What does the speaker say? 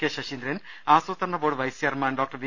K Saseendran ആസൂത്രണ board vice chairman doctor V